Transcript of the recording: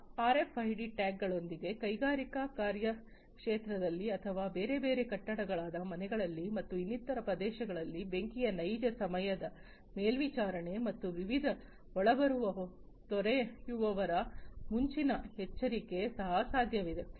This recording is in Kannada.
ಆರ್ಎಫ್ಐಡಿ ಟ್ಯಾಗ್ಗಳೊಂದಿಗೆ ಕೈಗಾರಿಕಾ ಕಾರ್ಯಕ್ಷೇತ್ರದಲ್ಲಿ ಅಥವಾ ಬೇರೆ ಬೇರೆ ಕಟ್ಟಡಗಳಾದ ಮನೆಗಳಲ್ಲಿ ಮತ್ತು ಇನ್ನಿತರ ಪ್ರದೇಶಗಳಲ್ಲಿ ಬೆಂಕಿಯ ನೈಜ ಸಮಯದ ಮೇಲ್ವಿಚಾರಣೆ ಮತ್ತು ವಿವಿಧ ಒಳಬರುವ ತೊರೆಯುವವರ ಮುಂಚಿನ ಎಚ್ಚರಿಕೆ ಸಹ ಸಾಧ್ಯವಿದೆ